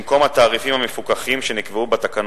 במקום התעריפים המפוקחים שנקבעו בתקנות,